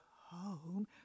home